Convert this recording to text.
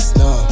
no